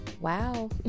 wow